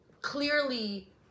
clearly